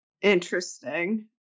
interesting